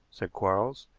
said quarles.